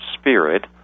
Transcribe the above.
spirit